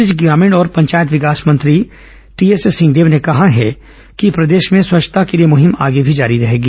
इस बीच ग्रामीण और पंचायत विकास मंत्री टीएस सिंहदेव ने कहा है कि प्रदेश में स्वच्छता के लिए मुहिम आगे भी जारी रहेगी